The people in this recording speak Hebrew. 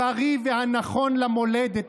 הבריא והנכון למולדת,